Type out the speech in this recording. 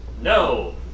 No